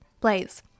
blaze